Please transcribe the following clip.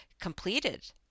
completed